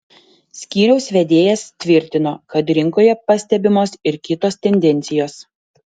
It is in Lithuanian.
skyriaus vedėjas tvirtino kad rinkoje pastebimos ir kitos tendencijos